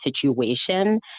situation